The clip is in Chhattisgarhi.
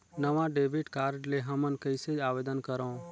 नवा डेबिट कार्ड ले हमन कइसे आवेदन करंव?